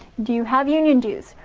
do you have union dues?